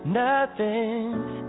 nothing's